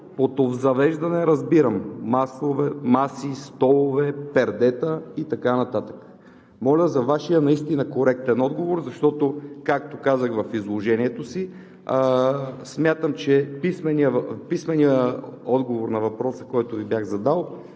под обзавеждане разбирам маси, столове, пердета и така нататък. Моля за Вашия наистина коректен отговор, защото, както казах, в изложението си, смятам, че писменият отговор на въпроса, който Ви бях задал,